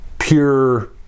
pure